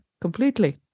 completely